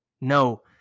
no